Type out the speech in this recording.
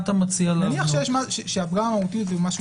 אל"ף